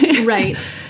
Right